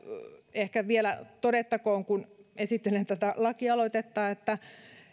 ehkä todettakoon vielä kun esittelen tätä lakialoitetta että